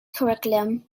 curriculum